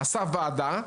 הקים ועדה,